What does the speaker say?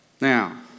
Now